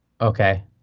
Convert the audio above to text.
okay